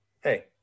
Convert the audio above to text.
hey